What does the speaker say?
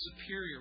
superior